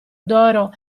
d’oro